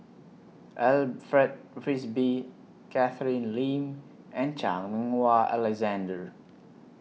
Alfred Frisby Catherine Lim and Chan Meng Wah Alexander